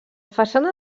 façana